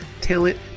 talent